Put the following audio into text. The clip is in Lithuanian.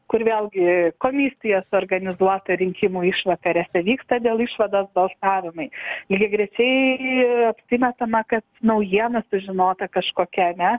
kur vėlgi komisija suorganizuota rinkimų išvakarėse vyksta dėl išvados balsavimai lygiagrečiai apsimetama kad naujiena sužinota kažkokia ane